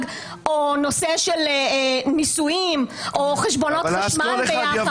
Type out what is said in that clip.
או נושא של נישואין או חשבונות משותפים.